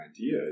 idea